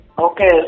okay